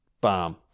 bam